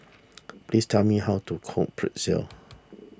please tell me how to cook Pretzel